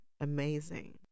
amazing